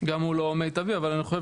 גם הוא לא מיטבי, אבל אני חושב